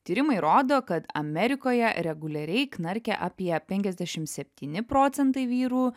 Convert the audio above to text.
tyrimai rodo kad amerikoje reguliariai knarkia apie penkiasdešimt septyni procentai vyrų